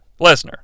Lesnar